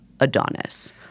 Adonis